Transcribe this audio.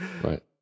right